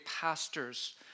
pastors